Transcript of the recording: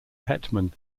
hetman